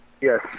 Yes